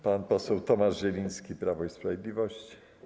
Pan poseł Tomasz Zieliński, Prawo i Sprawiedliwość.